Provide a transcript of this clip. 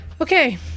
Okay